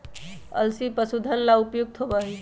अलसी पशुधन ला उपयुक्त होबा हई